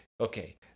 Okay